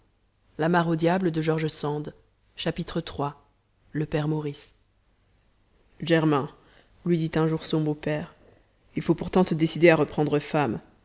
iii le pere maurice germain lui dit un jour son beau-père il faut pourtant te décider à reprendre femme